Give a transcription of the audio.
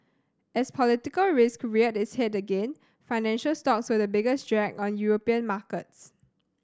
as political risk reared its head again financial stocks were the biggest drag on European markets